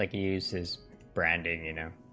like uses branding you know